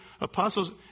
apostles